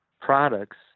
products